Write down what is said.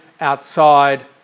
outside